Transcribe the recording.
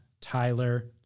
Tyler